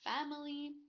family